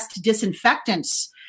disinfectants